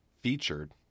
featured